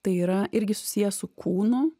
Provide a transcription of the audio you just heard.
tai yra irgi susiję su kūnu